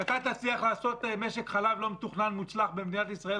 אתה תצליח לעשות משק חלק לא מתוכנן מוצלח במדינת ישראל,